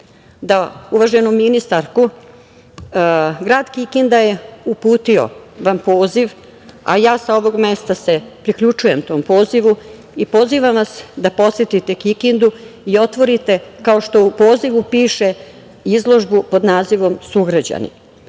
da uvaženu ministarku, grad Kikinda vam je uputio poziv, a ja sa ovog mesta se priključujem tom pozivu i pozivam vas da posetite Kikindu i otvorite, kao što u pozivu piše izložbu pod nazivom „Sugrađani“.Tom